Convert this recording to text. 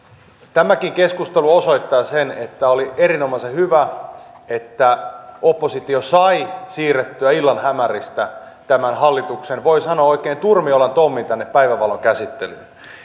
tämäkin keskustelu osoittaa sen että oli erinomaisen hyvä että oppositio sai siirrettyä illan hämäristä tämän hallituksen voi sanoa oikein turmiolan tommin tänne päivänvaloon käsittelyyn